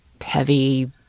heavy